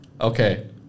Okay